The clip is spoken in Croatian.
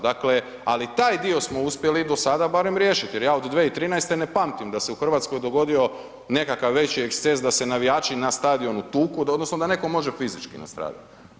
Dakle, ali taj dio smo uspjeli do sada barem riješiti, jer ja od 2013. ne pamtim da se u Hrvatskoj dogodio nekakav veći eksces da se navijači na stadionu tuku odnosno da netko može fizički nastradat.